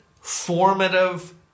Formative